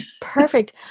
Perfect